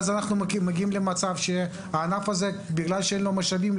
אז אנחנו מגיעים שבגלל שאין לו משאבים,